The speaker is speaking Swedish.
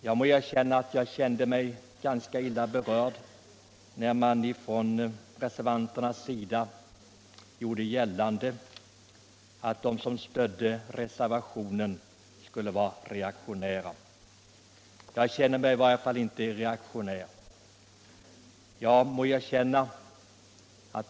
Jag må erkänna att jag blev ganska illa berörd när det gjordes gällande att de som stod för reservationen skulle vara reaktionära. Jag känner mig i varje fall inte reaktionär.